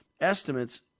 estimates